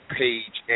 page